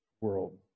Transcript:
world